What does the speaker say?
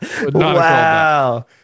Wow